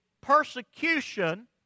persecution